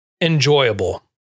enjoyable